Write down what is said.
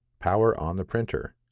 power on the printer.